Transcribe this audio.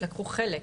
לקחו חלק,